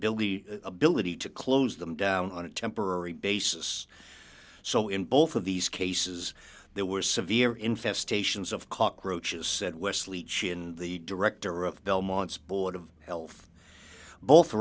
the ability to close them down on a temporary basis so in both of these cases there were severe infestations of cockroaches said wesley chin the director of belmont's board of health both